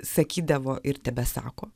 sakydavo ir tebesako